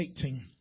18